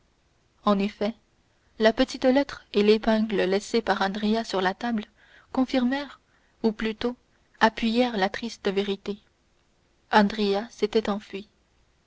en effet la petite lettre et l'épingle laissées par andrea sur la table confirmèrent ou plutôt appuyèrent la triste vérité andrea s'était enfui